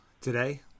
today